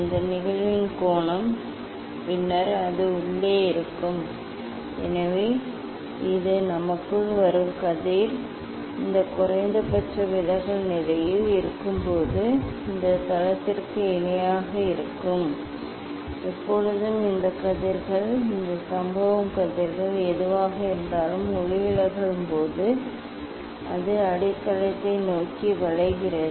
இது நிகழ்வின் கோணம் பின்னர் அது உள்ளே இருக்க வேண்டும் எனவே இது நமக்குள் வரும் கதிர் இது குறைந்தபட்ச விலகல் நிலையில் இருக்கும்போது இந்த தளத்திற்கு இணையாக இருக்கும் எப்பொழுதும் இந்த கதிர்கள் இந்த சம்பவம் கதிர்கள் எதுவாக இருந்தாலும் ஒளிவிலகும்போது அது அடித்தளத்தை நோக்கி வளைகிறது